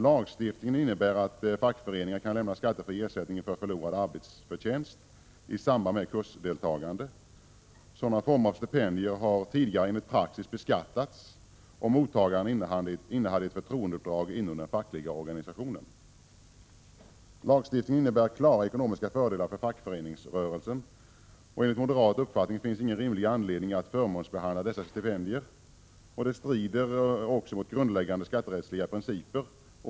Lagstiftningen innebär att fackföreningar kan lämna skattefri ersättning för förlorad arbetsförtjänst i samband med kursdeltagande. Sådana former av stipendier har tidigare enligt praxis beskattats om mottagaren innehade ett förtroendeuppdrag inom den fackliga organisationen. Lagstiftningen innebär klara ekonomiska fördelar för fackföreningsrörelsen. Enligt moderat uppfattning finns ingen rimlig anledning att förmånsbehandla dessa stipendier. Det strider också mot grundläggande skatterättsliga principer.